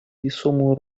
весомую